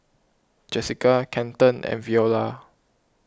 Jessica Kenton and Veola